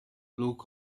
look